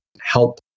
help